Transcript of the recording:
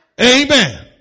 Amen